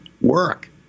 work